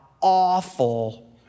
awful